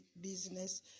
business